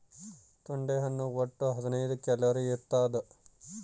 ತೊಂಡೆ ಹಣ್ಣು ಒಟ್ಟು ಹದಿನೈದು ಕ್ಯಾಲೋರಿ ಇರ್ತಾದ